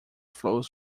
flows